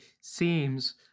seems